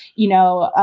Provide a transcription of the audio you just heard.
you know,